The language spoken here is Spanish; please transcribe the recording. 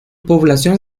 población